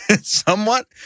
somewhat